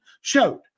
showed